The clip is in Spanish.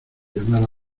llamar